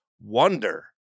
wonder